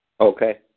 Okay